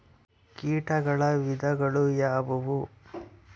ಕೇಟಗಳ ವಿಧಗಳು ಯಾವುವು?